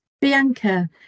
bianca